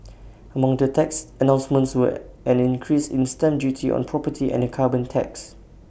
among the tax announcements were an increase in stamp duty on property and A carbon tax